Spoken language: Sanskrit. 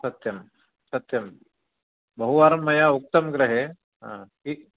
सत्यं सत्यं बहु वारं मया उक्तं गृहे हा